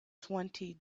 twenty